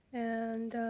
and